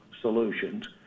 solutions